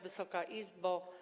Wysoka Izbo!